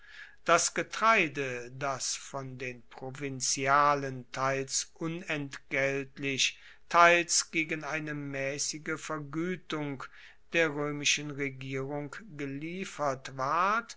das getreide das von den provinzialen teils unentgeltlich teils gegen eine maessige verguetigung der roemischen regierung geliefert ward